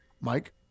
Mike